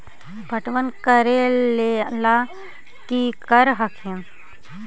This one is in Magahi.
पटबन करे ला की कर हखिन?